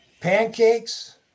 Pancakes